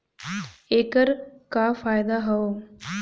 ऐकर का फायदा हव?